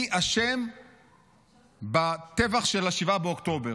מי אשם בטבח של 7 באוקטובר.